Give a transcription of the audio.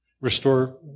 restore